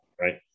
right